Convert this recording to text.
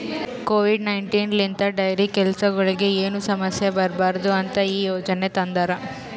Covid nineteen ಲಿಂತ್ dairy ಕೆಲಸಗೊಳಿಗ್ ಏನು ಸಮಸ್ಯ ಬರಬಾರದು ಅಂತ್ ಈ ಯೋಜನೆ ತಂದಾರ್